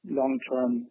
long-term